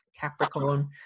Capricorn